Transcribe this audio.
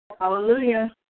Hallelujah